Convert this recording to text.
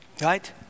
right